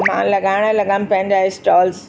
मां लॻाइणु लॻियमि पंहिंजा स्टॉल्स